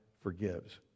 forgives